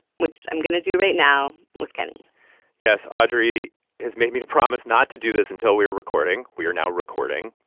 which i'm going to do right now with kenny yes, audrey has made me to promise not to do this until we were recording. we are now recording.